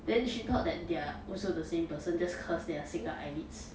then she thought that they are also the same person just cause they are single eyelids